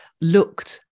looked